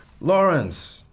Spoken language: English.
Lawrence